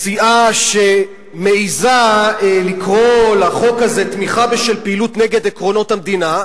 מסיעה שמעזה לקרוא לחוק הזה: "תמיכה בשל פעילות נגד עקרונות המדינה".